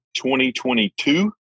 2022